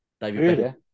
David